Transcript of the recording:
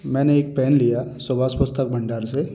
मैंने एक पेन लिया सुभाश पुस्तक भंडार से